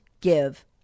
give